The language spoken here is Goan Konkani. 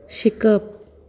शिकप